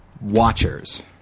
watchers